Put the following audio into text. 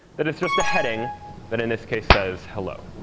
that it's just a heading that, in this case, says hello.